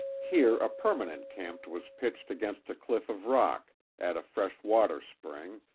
here a permanent camp was pitched against a cliff of rock, at a fresh water spring,